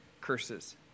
curses